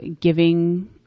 giving